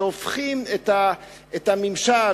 שהופכים את הממשל,